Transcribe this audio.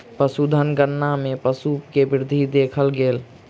पशुधन गणना मे पशु के वृद्धि देखल गेल